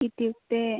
इत्युक्ते